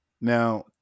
Now